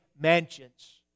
mansions